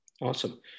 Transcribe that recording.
Awesome